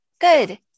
Good